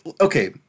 okay